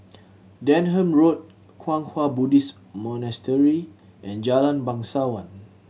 Denham Road Kwang Hua Buddhist Monastery and Jalan Bangsawan